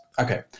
okay